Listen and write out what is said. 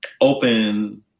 open